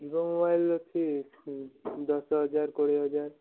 Vivo mobile ଅଛି ଦଶ ହଜାର କୋଡ଼ିଏ ହଜାର